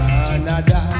Canada